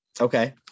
okay